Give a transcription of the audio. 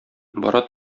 бара